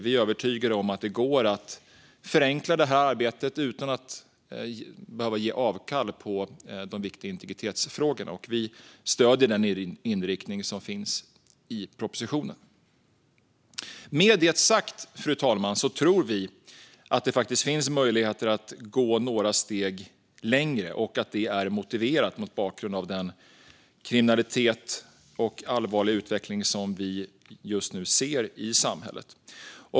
Vi är övertygade om att det går att förenkla arbetet utan att man behöver ge avkall på de viktiga integritetsfrågorna. Vi stöder den inriktning som finns i propositionen. Med det sagt, fru talman, tror vi att det faktiskt finns möjligheter att gå några steg längre och att det är motiverat mot bakgrund av den kriminalitet och allvarliga utveckling som vi just nu ser i samhället.